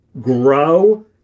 grow